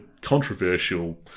controversial